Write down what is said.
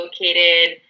located